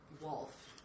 wolf